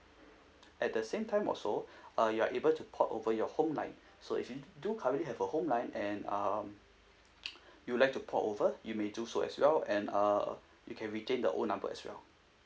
at the same time also uh you're able to port over your home line so if you do currently have a home line and um you would like to port over you may do so as well and uh you can retain the old number as well